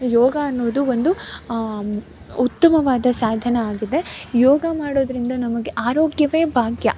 ಯೋಗ ಅನ್ನೋದು ಒಂದು ಉತ್ತಮವಾದ ಸಾಧನ ಆಗಿದೆ ಯೋಗ ಮಾಡೋದರಿಂದ ನಮಗೆ ಆರೋಗ್ಯವೇ ಭಾಗ್ಯ